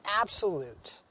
absolute